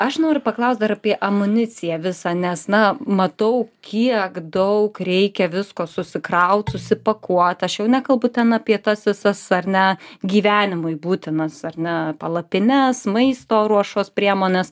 aš noriu paklaust dar apie amuniciją visą nes na matau kiek daug reikia visko susikraut susipakuot aš jau nekalbu ten apie tas visas ar ne gyvenimui būtinas ar ne palapines maisto ruošos priemones